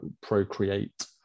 procreate